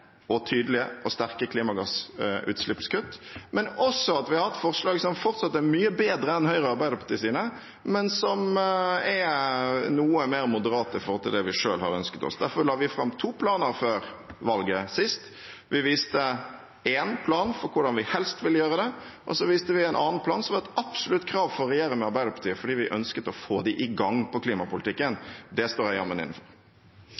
raske, tydelige og sterke klimagassutslippskutt, men også at vi har hatt forslag som fortsatt er mye bedre enn Høyres og Arbeiderpartiets, men som er noe mer moderate i forhold til det vi selv har ønsket oss. Derfor la vi fram to planer før valget sist. Vi viste en plan for hvordan vi helst ville gjøre det, og så viste vi en annen plan som et absolutt krav for regjeringen og Arbeiderpartiet, fordi vi ønsket å få dem i gang på klimapolitikken. Det står jeg jammen inne for.